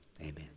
amen